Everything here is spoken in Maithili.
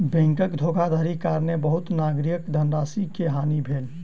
बैंकक धोखाधड़ीक कारणेँ बहुत नागरिकक धनराशि के हानि भेल